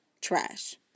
Trash